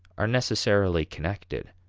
are necessarily connected.